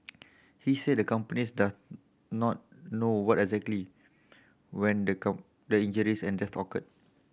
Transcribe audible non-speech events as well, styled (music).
he said the companies does not know what exactly when the (unintelligible) the injuries and death occurred